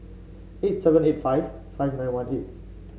eight seven eight five five nine one eight